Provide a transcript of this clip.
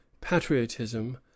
patriotism